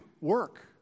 work